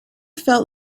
felt